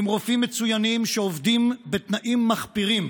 עם רופאים מצוינים שעובדים בתנאים מחפירים.